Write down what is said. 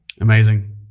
Amazing